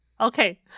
Okay